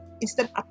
instant